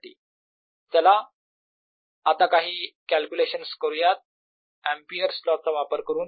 B0Kz2π 22zsec2θdθz2sec2x0K2xz0 चला आता काही कॅलक्युलेशन्स करूयात एम्पिअर्स लॉ Ampere's law चा वापर करून